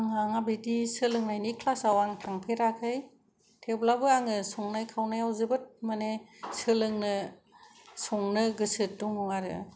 आं बिदि सोलोंनायनि क्लास आव आं थांफेराखै थेवब्लाबो आङो संनाय खावनायाव जोबोद माने सोलोंनो संनो गोसो दङ आरो